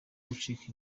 gucika